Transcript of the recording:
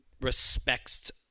respects